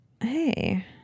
Hey